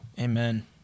Amen